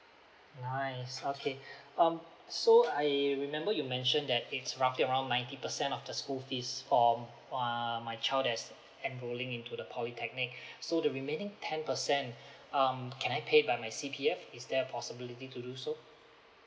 nice okay um so I remember you mention that it's roughly around ninety percent of the school fees from err my child that's enrolling into the polytechnic so the remaining ten percent um can I pay by my C_P_F is there a possibility to do so